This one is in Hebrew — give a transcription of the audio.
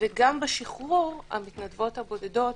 וגם בשחרור המתנדבות הבודדות